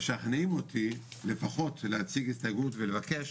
משכנעים אותי לפחות להציג הסתייגות ולבקש